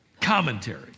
commentary